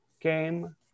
game